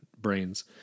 brains